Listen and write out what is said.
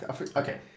okay